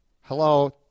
Hello